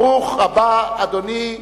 ברוך הבא, אדוני,